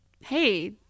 Hey